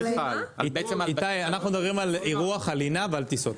איתי, אנחנו מדברים על לינה וטיסות.